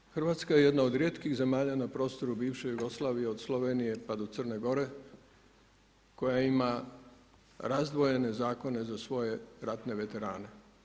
Dakle Hrvatska je jedna od rijetkih zemalja na prostoru bivše Jugoslavije od Slovenije pa do Crne Gore koja ima razdvojene zakone za svoje ratne veterane.